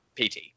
PT